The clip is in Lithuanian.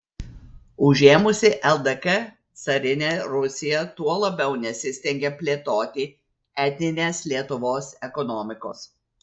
užėmusi ldk carinė rusija tuo labiau nesistengė plėtoti etninės lietuvos ekonomikos